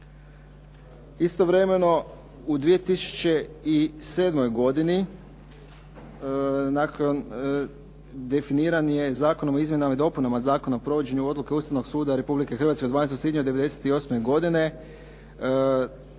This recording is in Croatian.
Istovremeno u 2007. godini nakon, definiran je Zakon o izmjenama i dopunama Zakona o provođenju Odluke Ustavnog suda Republike Hrvatske od 12. svibnja 98. godine